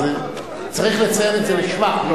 צריך לציין את זה לשבח.